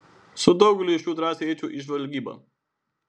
su daugeliu iš jų drąsiai eičiau į žvalgybą